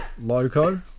Loco